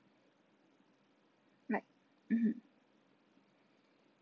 (yup) mmhmm